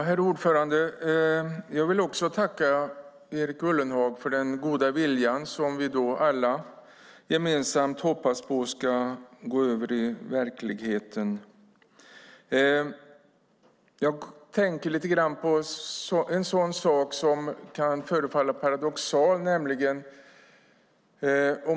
Herr talman! Jag vill också tacka Erik Ullenhag för den goda viljan, som vi alla hoppas ska omsättas i verklighet. Jag funderar på något som kan förefalla paradoxalt.